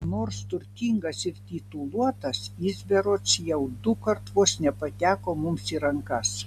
nors turtingas ir tituluotas jis berods jau dukart vos nepateko mums į rankas